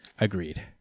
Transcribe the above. Agreed